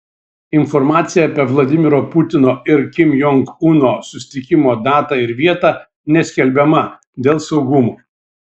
informacija apie vladimiro putino ir kim jong uno susitikimo datą ir vietą neskelbiama dėl saugumo